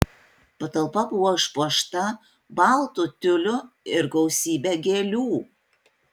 patalpa buvo išpuošta baltu tiuliu ir gausybe gėlių